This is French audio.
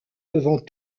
devant